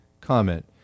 Comment